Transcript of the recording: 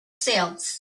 sails